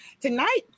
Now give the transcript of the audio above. Tonight